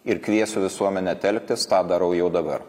ir kviesiu visuomenę telktis tą darau jau dabar